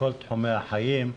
בכל תחומי החיים.